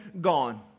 gone